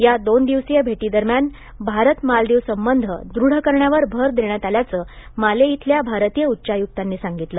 या दोन दिवसीय भेटीदरम्यान भारत मालदीव संबंध दृढ करण्यावर भर देण्यात आल्याचं माले इथल्या भारतीय उच्चायुक्तांनी सांगितलं